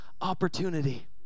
opportunity